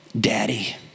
daddy